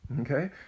Okay